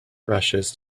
rushes